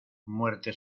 muerte